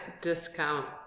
discount